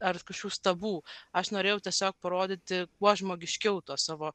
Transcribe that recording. ar kažkokių stabų aš norėjau tiesiog parodyti kuo žmogiškiau tuo savo